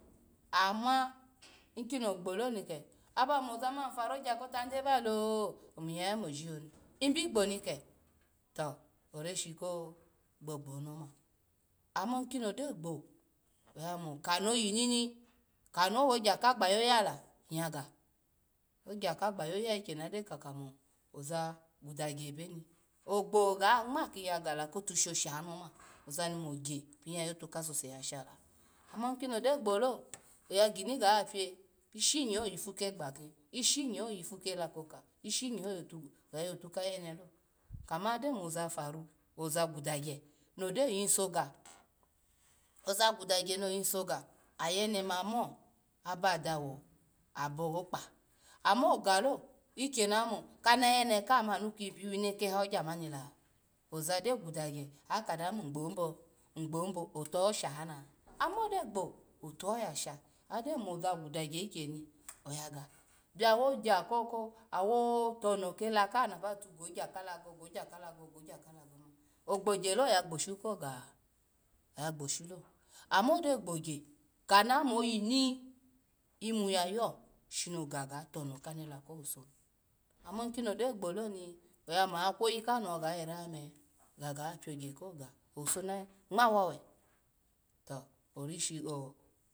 Ama ikini ogbolo ni ko aba moza ma paru ogya ko tade balo omu yaya moji oni, ny bi gboni ke to oreshi ko gbogbo oni oma, ama ki no gyo gbo, oya mo kano yinini, kano wo ogya ka gba yoyala nyya ga, ogya ka gba yoyaya ikyeni agyo mo oza gudagya obeni, ogbo ga nyma kiyagala kotushosha ni oma, ozani mo gya pini yayo tu ka suse yashala, ama kini ogyo gbolo oya gini ga pio ishinye ovifu kegba kin, shinye yifu kela koka, ishiye oyo tu oyayo tu kayenelo, kama gyo mo za paru oza guda gya, no do yiso ga, oza guda gya no yiso ga, ayene ma mo, aba dawo abo okpa. amo galo ikyeni ama kana yene kama anu pini wine kehe ogya mani la oza gyo gudagya akadanu mugbo imbo, ny gbo imbo otuhoshana, ama gyo gbo otu ho ya sha, agyo moza guda gya ikyemani oya ga, biawu gya koko awo tono kela kaha naba tu go gya khalago, go gya khalago go gya khalago mani ogya lo oya gbo shu koga oya gbo shulo, ama gyo gbo gya kana mo yini yimu yo, shino ga ya tono kanela kowuso, ama kino gyo gboloni oya mo ya kwo yikano gayira me gaga piogya ko ga owuso na ngma wa owe to orishi o